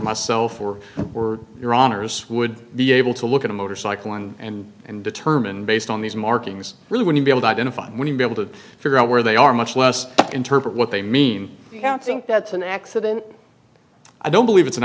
myself or or your honour's would be able to look at a motorcycle and and determine based on these markings really would you be able to identify when you'd be able to figure out where they are much less interpret what they mean think that's an accident i don't believe it's an